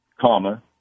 comma